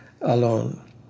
alone